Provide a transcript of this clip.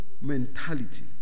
mentality